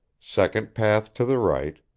second path to the right,